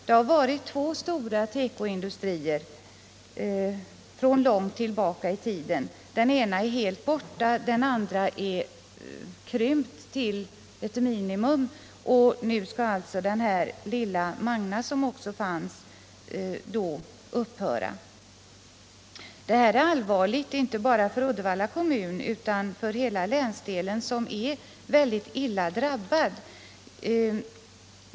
Där har länge funnits två stora tekoindustrier. Den ena är nu helt borta, den andra har krympt till ett minimum. Och nu skall alltså det lilla Magna också upphöra. Detta är allvarligt inte bara för Uddevalla kommun utan för hela länet som är hårt drabbat.